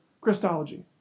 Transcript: Christology